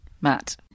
Matt